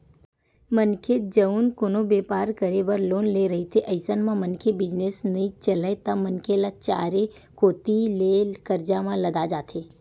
मनखे जउन कोनो बेपार करे बर लोन ले रहिथे अइसन म मनखे बिजनेस नइ चलय त मनखे ह चारे कोती ले करजा म लदा जाथे